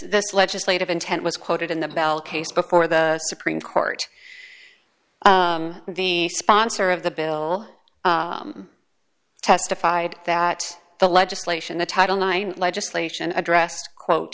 this legislative intent was quoted in the bell case before the supreme court the sponsor of the bill testified that the legislation the title nine legislation address quote